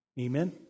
Amen